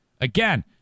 Again